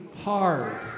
hard